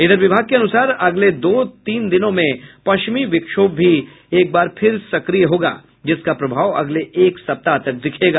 इधर विभाग के अनुसार अगले दो तीन दिनों में पश्चिमी विक्षोभ भी एक बार फिर सक्रिय होगा जिसका प्रभाव अगले एक सप्ताह तक दिखेगा